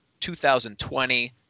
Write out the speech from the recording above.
2020